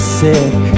sick